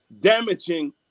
damaging